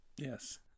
yes